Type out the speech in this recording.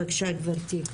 בבקשה, גברתי.